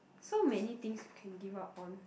so many things you can give up on